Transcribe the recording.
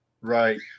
right